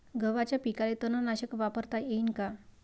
गव्हाच्या पिकाले तननाशक वापरता येईन का?